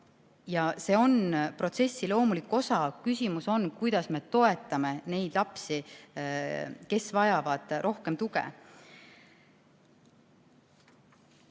See on protsessi loomulik osa. Küsimus on, kuidas me toetame neid lapsi, kes vajavad rohkem tuge.